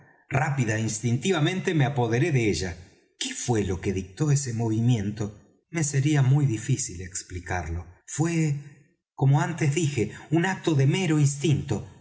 rápida é instintivamente me apoderé de ella qué fué lo que dictó ese movimiento me sería muy difícil explicarlo fué como antes dije un acto de mero instinto